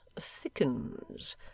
thickens